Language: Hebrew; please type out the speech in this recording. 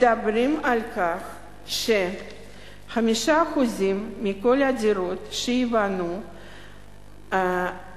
מדברות על כך ש-5% מכל הדירות שייבנו על-פי